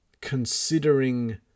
considering